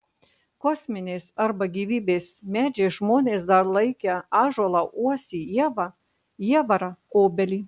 kosminiais arba gyvybės medžiais žmonės dar laikę ąžuolą uosį ievą jievarą obelį